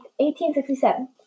1867